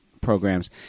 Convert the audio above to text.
programs